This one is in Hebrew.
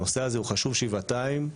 הנושא הזה חשוב שבעתיים.